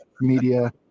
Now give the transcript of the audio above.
media